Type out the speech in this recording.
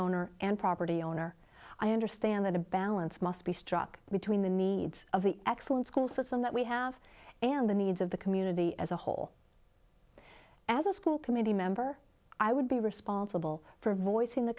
owner and property owner i understand that a balance must be struck between the needs of the excellent school system that we have and the needs of the community as a whole as a school committee member i would be responsible for voicing the